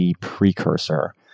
precursor